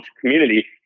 community